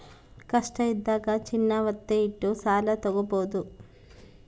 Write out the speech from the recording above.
ಕಷ್ಟ ಇದ್ದಾಗ ಚಿನ್ನ ವತ್ತೆ ಇಟ್ಟು ಸಾಲ ತಾಗೊಬೋದು